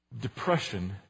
Depression